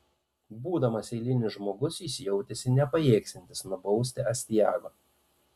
būdamas eilinis žmogus jis jautėsi nepajėgsiantis nubausti astiago